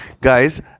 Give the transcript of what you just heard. Guys